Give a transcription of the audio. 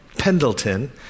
Pendleton